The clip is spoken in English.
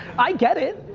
i get it.